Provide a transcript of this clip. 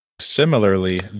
Similarly